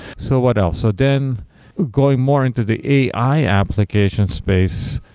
so what else? so then going more into the ai application space,